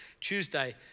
Tuesday